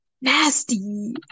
Nasty